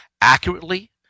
accurately